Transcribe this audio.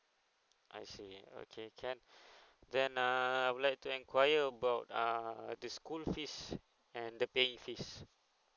I see okay can then err I would like to inquire about err the school fees and the paying fees